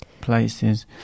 places